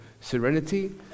serenity